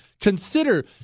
Consider